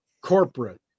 corporate